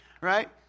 right